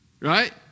Right